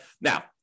Now